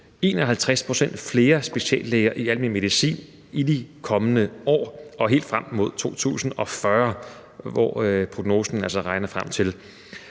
51 pct. flere speciallæger i almen medicin i de kommende år og helt frem mod 2040, hvor prognosen altså er regnet frem til.